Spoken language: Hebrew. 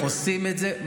בבקשה?